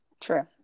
True